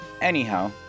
anyhow